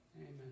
Amen